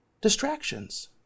distractions